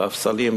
ספסלים,